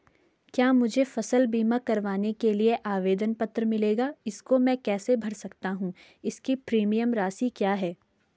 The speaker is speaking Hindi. क्या मुझे फसल बीमा करवाने के लिए आवेदन पत्र मिलेगा इसको मैं कैसे भर सकता हूँ इसकी प्रीमियम राशि क्या है?